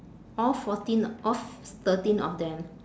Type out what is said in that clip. all fourteen all thirteen of them